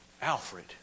Alfred